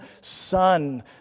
son